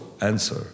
answer